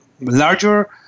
larger